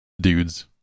dudes